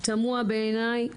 תמוה בעיניי